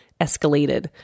escalated